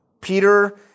Peter